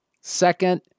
Second